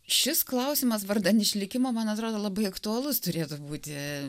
šis klausimas vardan išlikimo man atrodo labai aktualus turėtų būti